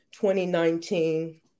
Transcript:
2019